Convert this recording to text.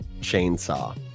chainsaw